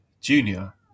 junior